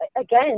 again